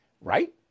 Right